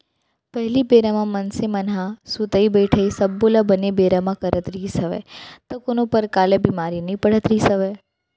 पहिली बेरा म मनसे मन ह सुतई बइठई सब्बो ल बने बेरा म करत रिहिस हवय त कोनो परकार ले बीमार नइ पड़त रिहिस हवय